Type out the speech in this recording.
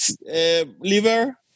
liver